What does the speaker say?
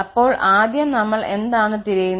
അപ്പോൾ ആദ്യം നമ്മൾ എന്താണ് തിരയുന്നത്